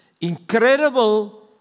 incredible